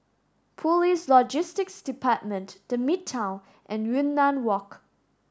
Police Logistics Department The Midtown and Yunnan Walk